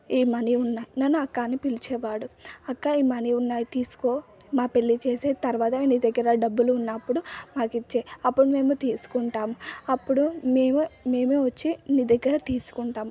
ఈ మనీ ఉన్నాయి నన్ను అక్క అని పిలిచేవాడు అక్క ఈ మనీ ఉన్నాయి తీసుకో మా పెళ్ళి చేసేయ్ తర్వాత నేను నీ దగ్గర డబ్బులు ఉన్నప్పుడు నాకు ఇచ్చేయి అప్పుడు మేము తీసుకుంటాము అప్పుడు మేము మేము వచ్చి మీ దగ్గర తీసుకుంటాము